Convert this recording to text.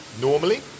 normally